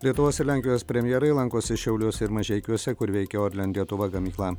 lietuvos ir lenkijos premjerai lankosi šiauliuose ir mažeikiuose kur veikia orlen lietuva gamykla